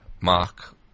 Mark